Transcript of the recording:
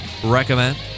Recommend